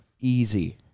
easy